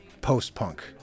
post-punk